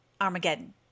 Armageddon